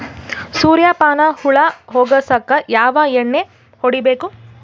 ಸುರ್ಯಪಾನ ಹುಳ ಹೊಗಸಕ ಯಾವ ಎಣ್ಣೆ ಹೊಡಿಬೇಕು?